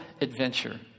adventure